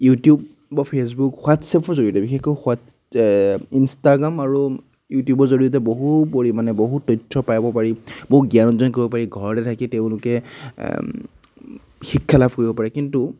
YouTube বা Facebook হোৱাটচেপৰ জৰিয়তে বিশেষকৈ হোৱাট ইনষ্টাগ্ৰাম আৰু ইউটিউবৰ জৰিয়তে বহু পৰিমাণে বহু তথ্য পাব পাৰি বহু জ্ঞান অৰ্জন কৰিব পাৰি ঘৰতে থাকি তেওঁলোকে শিক্ষা লাভ কৰিব পাৰে কিন্তু